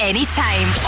Anytime